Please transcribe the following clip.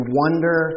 wonder